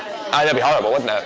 and be horrible wouldn't it.